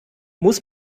muss